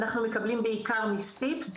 אנחנו מקבלים בעיקר מ'סטיפס',